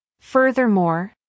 Furthermore